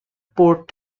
port